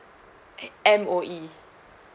eh M_O_E